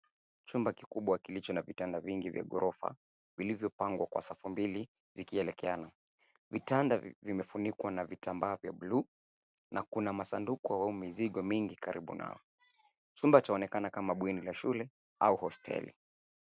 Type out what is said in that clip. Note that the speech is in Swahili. Chumba kikubwa kilicho na vitanda vingi vya ghorofa vilivyo pangwa kwa safu mbili zikielekeana. Vitanda vimefunikwa na vitambaa vya bluu na kuna masanduku au mizogo mingi karibu nao. Chumba chaonekana kama bweni la shule au hosteli.